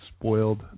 spoiled